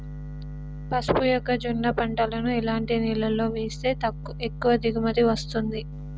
పసుపు మొక్క జొన్న పంటలను ఎలాంటి నేలలో వేస్తే ఎక్కువ దిగుమతి వస్తుంది?